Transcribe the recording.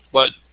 but,